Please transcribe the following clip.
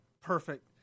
Perfect